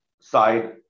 side